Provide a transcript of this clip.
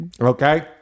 Okay